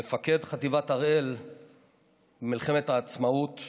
מפקד חטיבת הראל במלחמת העצמאות,